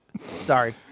Sorry